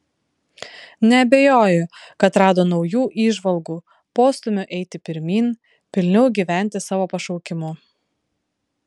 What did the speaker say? neabejoju kad rado naujų įžvalgų postūmio eiti pirmyn pilniau gyventi savo pašaukimu